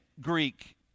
Greek